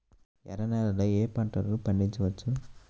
ఎర్ర నేలలలో ఏయే పంటలు పండించవచ్చు?